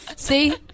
See